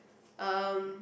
um